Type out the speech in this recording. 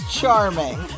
charming